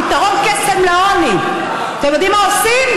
פתרון קסם לעוני: אתם יודעים מה עושים,